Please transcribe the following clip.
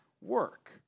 work